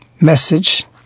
message